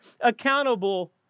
accountable